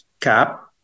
cap